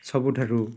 ସବୁଠାରୁ